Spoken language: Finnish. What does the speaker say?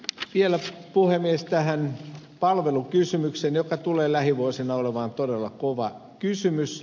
vielä puhemies tähän palvelukysymykseen joka tulee lähivuosina olemaan todella kova kysymys